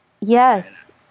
yes